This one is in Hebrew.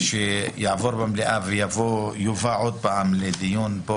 וכשזה יעבור במליאה ויובא עוד פעם לדיון פה,